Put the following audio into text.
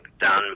done